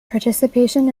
participation